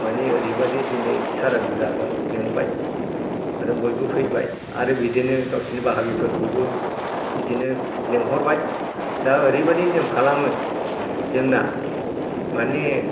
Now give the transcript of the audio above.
माने ओरैबायदि दिनै सारादु जागोन लेंबाय आरो बयबो फैबाय आरो बिदिनो गावसिनि बाहागि फोरखौबो बिदिनो लेंहरबाय दा ओरैबायदि नियम खालामो जोंना माने